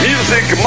Music